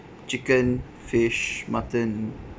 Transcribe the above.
chicken fish mutton